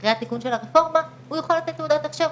אחרי התיקון של הרפורמה הוא יכול לתת תעודת הכשר,